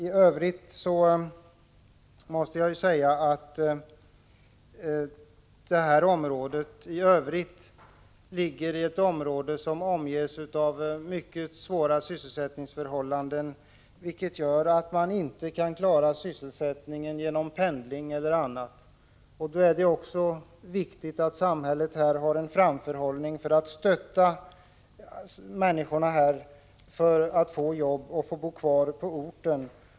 I övrigt måste jag säga att Edsbruk ligger i ett område som omges av trakter med mycket svåra sysselsättningsförhållanden. Man kan inte klara sysselsättningen med hjälp av pendling eller annat. Då är det viktigt att samhället har en framförhållning för att stötta dessa människor så att de får jobb och får bo kvar på orten.